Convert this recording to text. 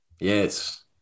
yes